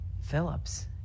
Phillips